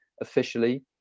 officially